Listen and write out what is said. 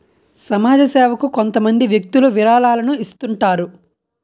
సమాజ సేవకు కొంతమంది వ్యక్తులు విరాళాలను ఇస్తుంటారు